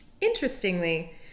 Interestingly